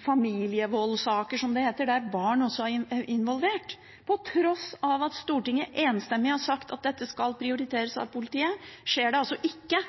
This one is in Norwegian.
familievoldssaker, som det heter, der barn også er involvert. På tross av at Stortinget enstemmig har sagt at dette skal prioriteres av politiet, skjer det altså ikke,